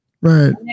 right